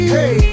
Hey